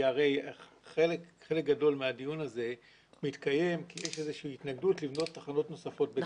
חלק גדול מהדיון הזה מתקיים כי יש איזושהי התנגדות לבנות תחנות נוספות.